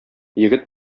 егет